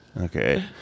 Okay